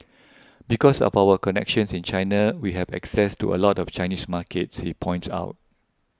because of our connections in China we have access to a lot of Chinese markets he points out